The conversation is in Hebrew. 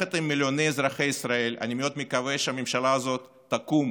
יחד עם מיליוני אזרחי ישראל אני מקווה מאוד שהממשלה הזאת תקום